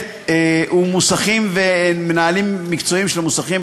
מוסכים ומנהלים מקצועיים של מוסכים.